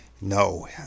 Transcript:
no